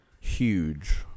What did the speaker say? huge